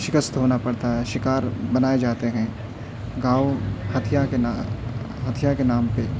شکست ہونا پڑتا ہے شکار بنائے جاتے ہیں گئو ہتھیا کے ہتھیا کے نام پہ